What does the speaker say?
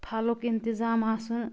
پھَلک انتظام آسُن